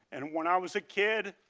and when i was a kid,